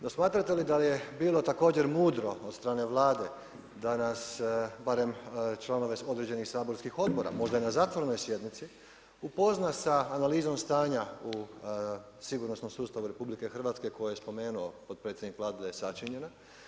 No smatrate li da je bilo također mudro od strane Vlade, da nas, barem članove određenih saborskih odbora, možda i na zatvorenoj sjednici, upozna sa analizom stanja u sigurnosnom sustavu RH koje je spomenuo potpredsjednik Vlade da je sačinjena?